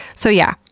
so yeah,